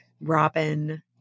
Robin